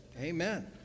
Amen